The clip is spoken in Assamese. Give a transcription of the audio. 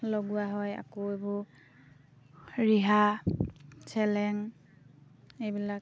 লগোৱা হয় আকৌ এইবোৰ ৰিহা চেলেং এইবিলাক